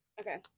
okay